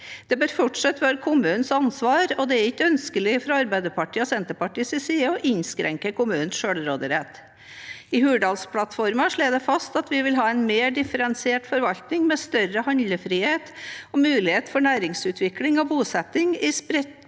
Det bør fortsatt være kommunenes ansvar, og det er ikke ønskelig fra Arbeiderpartiet og Senterpartiets side å innskrenke kommunenes selvråderett. I Hurdalsplattformen slås det fast at vi vil ha en mer differensiert forvaltning med større handlefrihet og mulighet for næringsutvikling og bosetting i spredtbygde